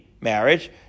marriage